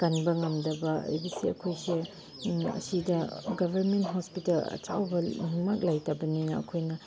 ꯀꯟꯕ ꯉꯝꯗꯕ ꯍꯥꯏꯕꯁꯦ ꯑꯩꯈꯣꯏꯁꯦ ꯑꯁꯤꯗ ꯒꯚꯔꯟꯃꯦꯟ ꯍꯣꯁꯄꯤꯇꯥꯜ ꯑꯆꯧꯕꯃꯛ ꯂꯩꯇꯕꯅꯤꯅ ꯑꯩꯈꯣꯏꯅ